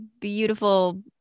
beautiful